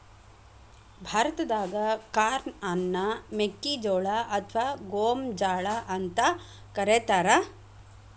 ಭಾರತಾದಾಗ ಕಾರ್ನ್ ಅನ್ನ ಮೆಕ್ಕಿಜೋಳ ಅತ್ವಾ ಗೋಂಜಾಳ ಅಂತ ಕರೇತಾರ